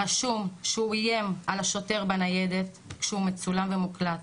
רשום שהוא איים על השוטר בניידת כשהוא מצולם ומוקלט,